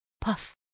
puff